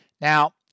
Now